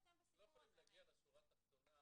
לא חייבים להגיע לשורה התחתונה